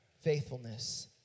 faithfulness